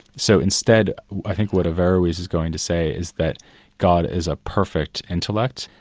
so, instead i think what averroes is going to say is that god is a perfect intellect,